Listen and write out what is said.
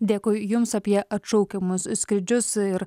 dėkui jums apie atšaukiamus skrydžius ir